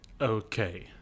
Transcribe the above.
Okay